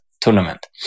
tournament